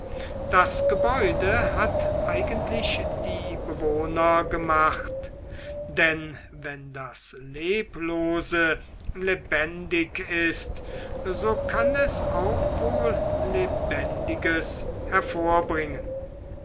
das gebäude hat eigentlich die bewohner gemacht denn wenn das leblose lebendig ist so kann es auch wohl lebendiges hervorbringen